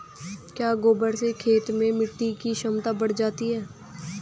क्या गोबर से खेत में मिटी की क्षमता बढ़ जाती है?